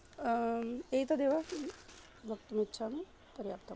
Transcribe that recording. एतदेव वक्तुम् इच्छामि पर्याप्तम्